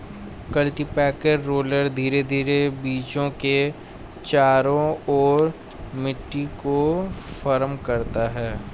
cultipacker roller धीरे धीरे बीजों के चारों ओर मिट्टी को फर्म करता है